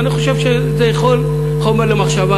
אני חושב שזה חומר למחשבה